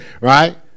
right